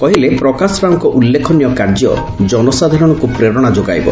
କହିଲେ ପ୍ରକାଶ ରାଓଙ୍କର ଉଲ୍ଲେଖନୀୟ କାର୍ଯ୍ୟ ଜନସାଧାରଣଙ୍କୁ ପ୍ରେରଶା ଯୋଗାଇବ